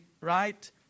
right